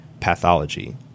pathology